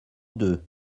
deux